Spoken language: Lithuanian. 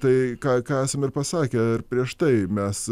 tai ką ką esame ir pasakę ir prieš tai mes